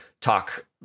talk